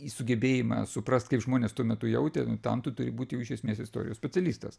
į sugebėjimą suprast kaip žmonės tuo metu jautė tam tu turi būt jau iš esmės istorijos specialistas